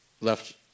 left